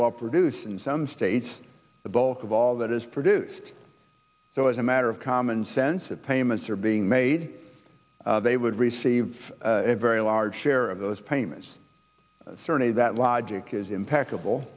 well produce in some states the bulk of all that is produced so as a matter of common sense of payments are being made they would receive a very large share of those payments certainly that logic is impeccable